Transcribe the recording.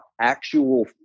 actual